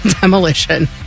demolition